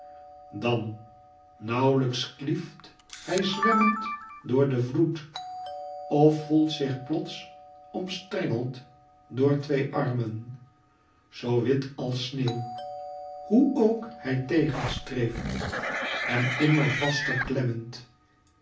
dan nauwlijks klieft hij zwemmend door den vloed of voelt zich plots omstrengeld door twee armen zoo wit als sneeuw hoe ook hij tegenstreeft hem immer vaster